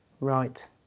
right